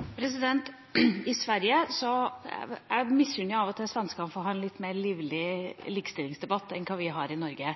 av og til svenskene for å ha en litt mer livlig likestillingsdebatt enn det vi har i Norge.